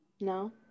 No